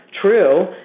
true